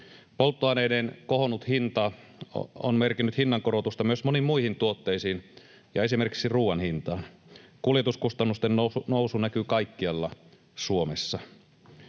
Polttoaineiden kohonnut hinta on merkinnyt hinnankorotusta myös moniin muihin tuotteisiin ja esimerkiksi ruuan hintaan. Kuljetuskustannusten nousu näkyy kaikkialla Suomessa.